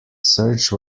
search